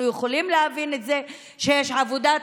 אנחנו יכולים להבין את זה שיש עבודת